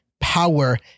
power